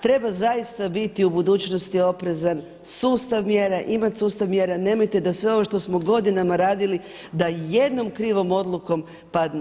Treba zaista biti u budućnosti oprezan, sustav mjera, imati sustav mjera, nemojte da sve ovo što smo godinama radili da jednom krivom odlukom padne.